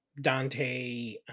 dante